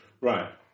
Right